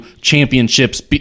championships